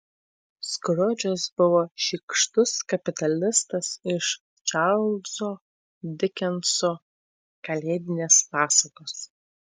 skrudžas buvo šykštus kapitalistas iš čarlzo dikenso kalėdinės pasakos